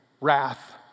wrath